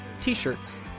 t-shirts